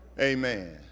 Amen